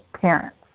parents